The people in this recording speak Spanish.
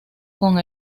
con